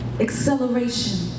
Acceleration